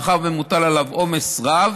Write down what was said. מאחר שמוטל עליו עומס רב